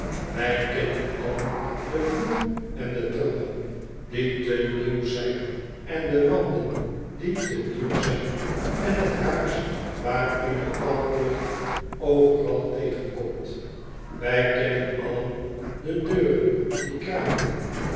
wij kennen allen den vloer en de trappen die te nieuw zijn en de wanden die te nieuw zijn en het huis waar u de kalklucht overal tegenkomt wh kennen allen de deuren die kraakten